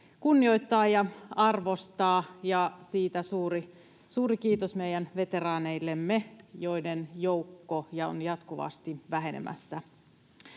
kunnioittaa ja arvostaa, ja siitä suuri kiitos meidän veteraaneillemme, joiden joukko on jatkuvasti vähenemässä.